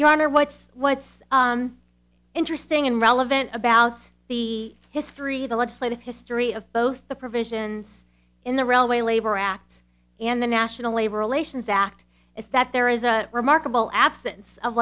your honor what's what's interesting and relevant about the his three the legislative history of both the provisions in the railway labor act and the national labor relations act is that there is a remarkable absence